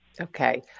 Okay